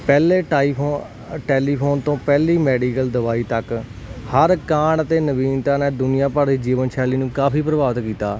ਪਹਿਲੇ ਟਾਈਫ ਟੈਲੀਫੋਨ ਤੋਂ ਪਹਿਲੀ ਮੈਡੀਕਲ ਦਵਾਈ ਤੱਕ ਹਰ ਕਾਂਡ ਤੇ ਨਵੀਨਤਾ ਨੇ ਦੁਨੀਆਂ ਭਰ ਦੇ ਜੀਵਨ ਸ਼ੈਲੀ ਨੂੰ ਕਾਫੀ ਪ੍ਰਭਾਵਿਤ ਕੀਤਾ